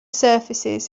surfaces